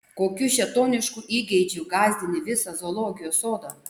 kokiu šėtonišku įgeidžiu gąsdini visą zoologijos sodą